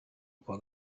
kuwa